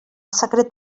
secret